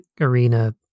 arena